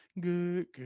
Good